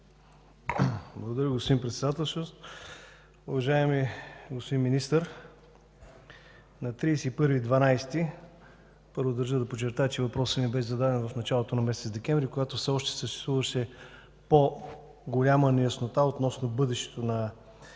Благодаря, господин Председател. Уважаеми господин Министър, първо държа да подчертая, че въпросът ми бе зададен в началото на месец декември 2014 г., когато все още съществуваше по-голяма неяснота относно бъдещето на